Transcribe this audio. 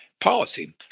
policy